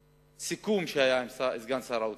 הסיכום שהיה עם סגן שר האוצר.